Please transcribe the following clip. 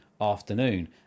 afternoon